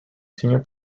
senior